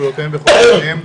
זכויותיהם וחובותיהם,